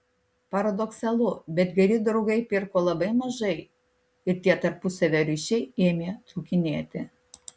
paradoksalu bet geri draugai pirko labai mažai ir tie tarpusavio ryšiai ėmė trūkinėti